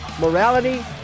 morality